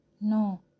No